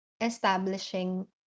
establishing